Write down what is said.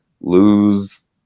lose